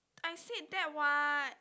I said that [what]